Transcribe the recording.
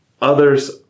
others